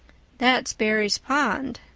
that's barry's pond,